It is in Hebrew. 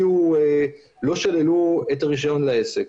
לא שללו את הרישיון לעסק.